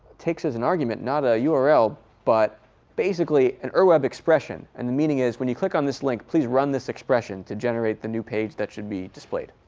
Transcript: takes as an argument not ah a url, but basically an ur web expression. and the meaning is when you click on this link, please run this expression to generate the new page that should be displayed.